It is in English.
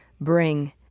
bring